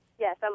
Yes